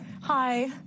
Hi